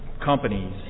companies